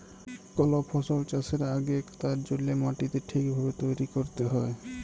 call ফসল চাষের আগেক তার জল্যে মাটিকে ঠিক ভাবে তৈরী ক্যরতে হ্যয়